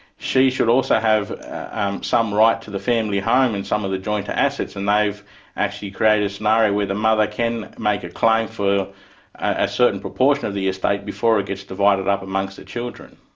she should also have and some right to the family home and some of the joint assets, and they've actually created a scenario where the mother can make a claim for a certain proportion of the estate before it gets divided up amongst the children.